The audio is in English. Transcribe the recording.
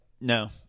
No